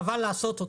אז חבל לעשות אותו.